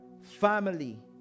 Family